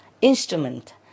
instrument